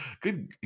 good